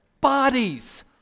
Bodies